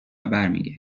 برمی